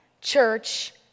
church